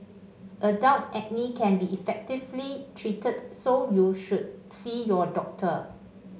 adult acne can be effectively treated so you should see your doctor